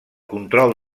control